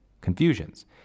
confusions